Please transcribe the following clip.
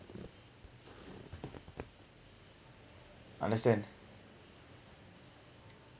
understand